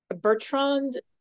Bertrand